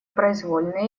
произвольные